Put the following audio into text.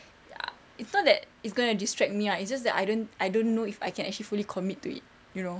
ya it's not that it's going to distract me ah it's just that I don't I don't know if I can actually fully commit to it you know